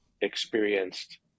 experienced